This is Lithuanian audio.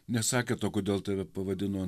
nesakė to kodėl tave pavadino